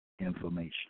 information